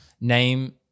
Name